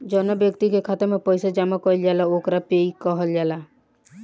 जौवना ब्यक्ति के खाता में पईसा जमा कईल जाला ओकरा पेयी कहल जाला